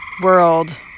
world